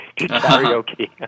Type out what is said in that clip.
karaoke